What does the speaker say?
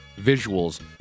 visuals